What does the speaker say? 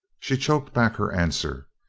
she choked back her answer.